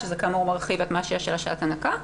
שזה כאמור מרחיב את מה שהיה שעת הנקה,